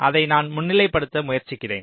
அதை நான் முன்னிலைப்படுத்த முயற்சிக்கிறேன்